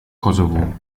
kosovo